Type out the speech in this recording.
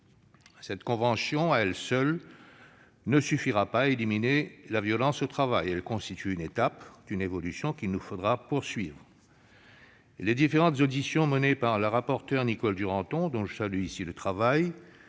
Cette convention, à elle seule, ne suffira pas à éliminer la violence au travail. Elle constitue la première étape d'une évolution qu'il nous faudra poursuivre. Les différentes auditions menées par notre rapporteur, Nicole Duranton, dont je salue ici le travail,